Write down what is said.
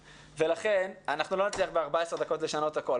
ולכן אנחנו לא נצליח ב-14 דקות לשנות הכול.